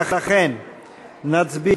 לכן נצביע